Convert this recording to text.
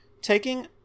Taking